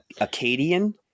Acadian